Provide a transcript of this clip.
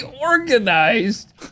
organized